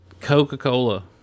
Coca-Cola